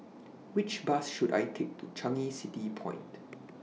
Which Bus should I Take to Changi City Point